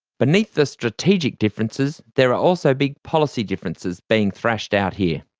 beneath the strategic differences, there are also big policy differences being thrashed out here.